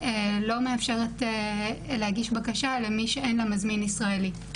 לא מאפשרת להגיש בקשה למי שאין לה מזמין ישראלי.